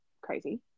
crazy